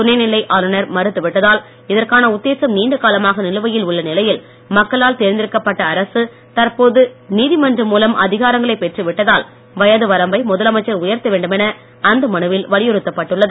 துணைநிலை ஆளுனர் மறுத்துவிட்டதால் இதற்கான உத்தேசம் நீண்ட காலமாக நிலுவையில் உள்ள நிலையில் மக்களால் தேர்ந்தெடுக்கப் பட்ட அரசு தற்போது நீதிமன்றம் மூலம் அதிகாரங்களைப் பெற்றுவிட்டதால் வயதுவரம்பை முதலமைச்சர் உயர்த்த வேண்டுமென அந்த மனுவில் வலியுறுத்தப் பட்டுள்ளது